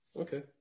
Okay